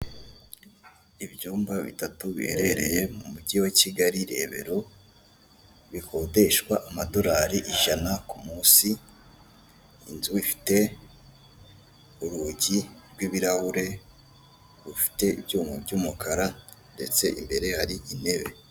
Ibyumba bitatu biherereye mu mujyi wa kigali Rebero bikodeshwa amadorari ijana ku munsi, inzu ifite urugi rw'ibirahure rufite ibyuma by'umukara, ndetse imbere hari intebe.